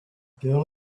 girl